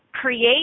create